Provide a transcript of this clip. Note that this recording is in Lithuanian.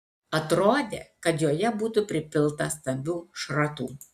atrodė kad joje būtų pripilta stambių šratų